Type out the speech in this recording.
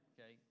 Okay